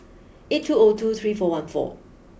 eight two O two three four one four